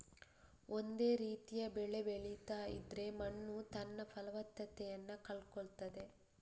ಒಂದೇ ರೀತಿಯ ಬೆಳೆ ಬೆಳೀತಾ ಇದ್ರೆ ಮಣ್ಣು ತನ್ನ ಫಲವತ್ತತೆಯನ್ನ ಕಳ್ಕೊಳ್ತದೆ